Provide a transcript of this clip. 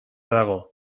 dago